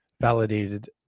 validated